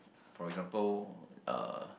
for example uh